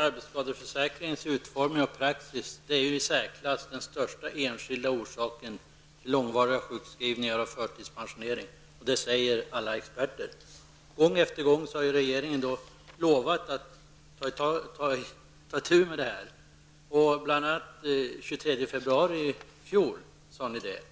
Arbetsskadeförsäkringens utformning och praxis är i särklass den största enskilda orsaken till långvariga sjukskrivningar och förtidspensioneringar. Det säger alla experter. Gång efter gång har regeringen lovat att ta itu med detta. Bl.a. den 23 februari i fjol sades detta.